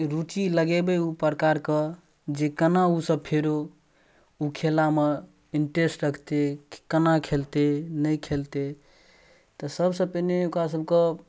रुचि लगेबै ओहि प्रकारके जे कोना ओसब फेरो ओ खेलामे इन्टेरेस्ट रखतै कोना खेलतै नहि खेलतै तऽ सबसँ पहिने ओकरासभके